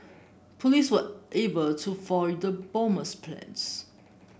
police were able to foil the bomber's plans